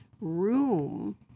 room